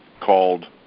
called